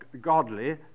godly